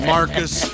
Marcus